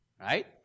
Right